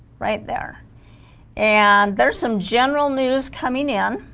right there and there's some general news coming in